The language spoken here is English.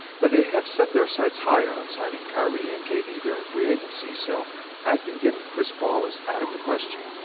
but they have set their sights higher on signing kyrie and kd during free agency so i think getting chris paul is out of the question.